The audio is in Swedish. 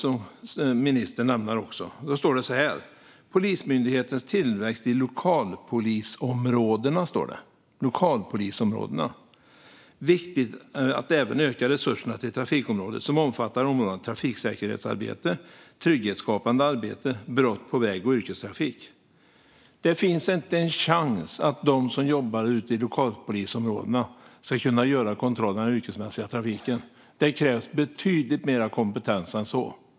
Han säger att Polismyndighetens tillväxt i lokalpolisområdena är viktig för att även "öka resurserna till trafikområdet, som omfattar områdena trafiksäkerhetsarbete, trygghetsskapande arbete, brott på väg och yrkestrafik". Det finns inte en chans att de som jobbar ute i lokalpolisområdena ska kunna göra kontrollerna av den yrkesmässiga trafiken. Det krävs betydligt mer kompetens än så.